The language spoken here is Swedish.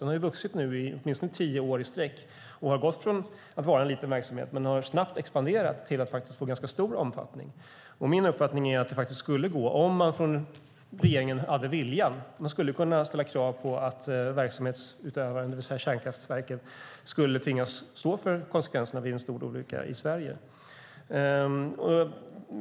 Den har ju vuxit i åtminstone tio år i sträck och har gått från att vara en liten verksamhet till att nu snabbt expandera till ganska stor omfattning. Min uppfattning är att det faktiskt skulle gå, om man från regeringen hade viljan, att ställa krav på att verksamhetsutövaren, det vill säga kärnkraftverket, skulle tvingas stå för konsekvenserna vid en stor olycka i Sverige.